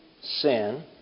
sin